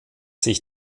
sich